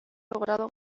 logrado